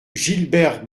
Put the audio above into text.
gilbert